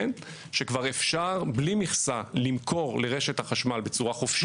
שכבר אפשר בלי מכסה למכור לרשת החשמל בצורה חופשית.